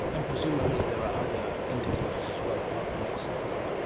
and presumably there are other indicators as well apart from that satellite?